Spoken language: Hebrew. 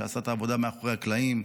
שעשה את העבודה מאחורי הקלעים,